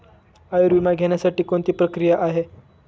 आयुर्विमा घेण्यासाठी कोणती प्रक्रिया आहे?